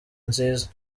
nziza